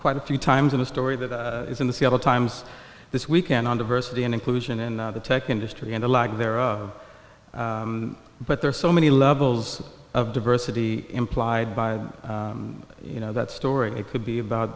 quite a few times in a story that is in the seattle times this weekend on diversity and inclusion in the tech industry and the lack thereof but there are so many levels of diversity implied by you know that story it could be about